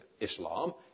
Islam